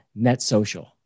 NetSocial